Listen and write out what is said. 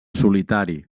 solitari